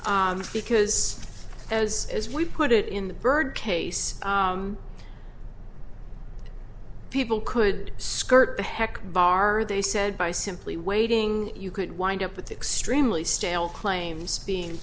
because as as we put it in the bird case people could skirt the heck bar they said by simply waiting you could wind up with extremely stale claims being